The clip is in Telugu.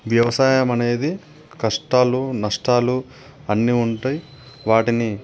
వ్యవసాయం అనేది కష్టాలు నష్టాలు అన్ని ఉంటాయి వాటిని